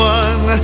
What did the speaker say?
one